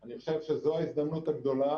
אני חושב שזו ההזדמנות הגדולה,